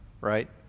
right